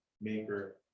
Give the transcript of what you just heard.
maker